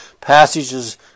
passages